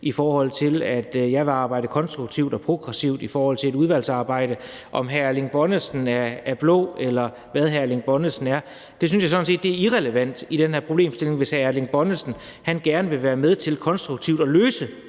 i forhold til at jeg vil arbejde konstruktivt og progressivt i forbindelse med et udvalgsarbejde. Om hr. Erling Bonnesen er blå, eller hvad hr. Erling Bonnesen er, synes jeg sådan set er irrelevant i forhold til den her problemstilling, hvis hr. Erling Bonnesen gerne vil være med til konstruktivt at løse